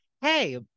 hey